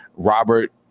Robert